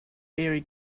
vary